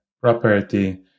property